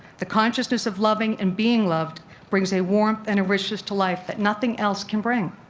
the consciousness of loving and being loved brings a warmth and a richness to life that nothing else can bring.